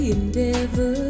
endeavor